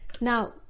Now